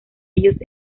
ellos